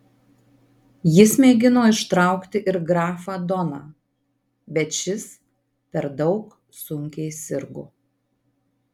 jis mėgino ištraukti ir grafą doną bet šis per daug sunkiai sirgo